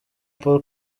paul